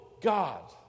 God